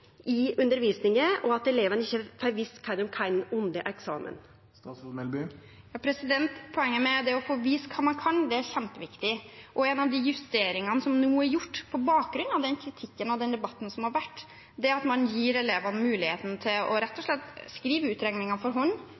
i undervisninga, og at elevane ikkje får vist kva dei kan under eksamen. Poenget med å få vist hva man kan, er kjempeviktig. En av de justeringene som nå er gjort på bakgrunn av den kritikken og den debatten som har vært, er at man gir elevene mulighet til rett og slett å skrive utregningen for hånd,